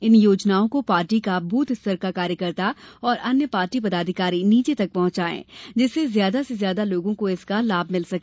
इन योजनाओं को पार्टी का बूथ स्तर का कार्यकर्ता और अन्य पार्टी पदाधिकारी नीचे तक पहुंचाए जिससे ज्यादा से ज्यादा लोगों को इसका लाभ मिल सके